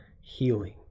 healing